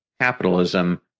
capitalism